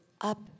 up